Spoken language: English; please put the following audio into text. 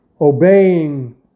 obeying